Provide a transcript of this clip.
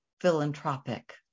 philanthropic